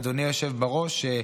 אדוני היושב-ראש,